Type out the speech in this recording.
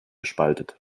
spaltet